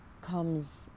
comes